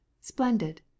splendid